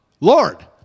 Lord